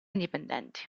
indipendenti